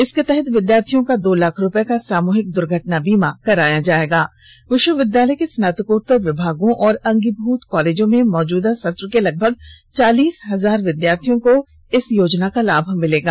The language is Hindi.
इसके तहत विद्यार्थियों का दो लाख रुपए का सामूहिक दुर्घटना बीमा कराया जाएगा विश्वविद्यालय के स्नातकोत्तर विभागों और अंगीभूत कॉलेजों में मौजूदा सत्र के लगभग चालीस हजार विद्यार्थियों को इस योजना का लाभ मिलेगा